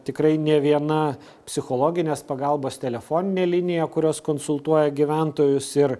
tikrai ne viena psichologinės pagalbos telefoninė linija kurios konsultuoja gyventojus ir